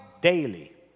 daily